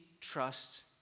trust